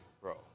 bro